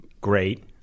great